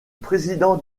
président